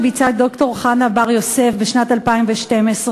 שביצעה ד"ר חנה בר-יוסף בשנת 2012,